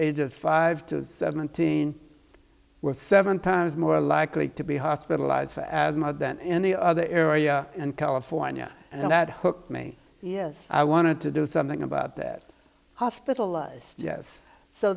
ages five to seventeen were seven times more likely to be hospitalized for asthma than any other area in california and that hooked me yes i wanted to do something about that hospital yes so